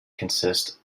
consist